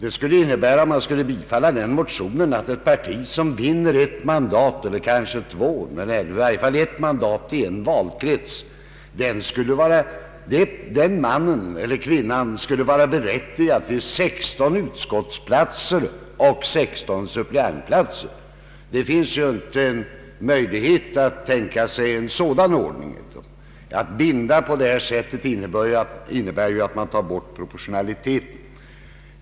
Ett bifall till motionen skulle innebära att om ett parti vinner ett mandat i en valkrets så skulle den mannen eller kvinnan vara berättigad till 16 ledamotsplatser och 16 suppleantplatser i utskott. Det finns ju ingen möjlighet att tänka sig en sådan ordning. En bindning av det slaget innebär ju att man tar bort proportionaliteten.